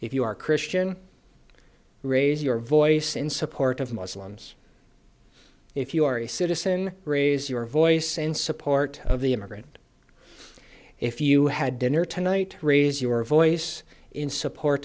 if you are christian raise your voice in support of the muslims if you are a citizen raise your voice in support of the immigrant if you had dinner tonight raise your voice in support